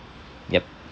ya